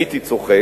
הייתי צוחק.